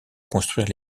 construire